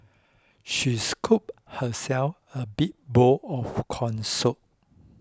she scooped herself a big bowl of Corn Soup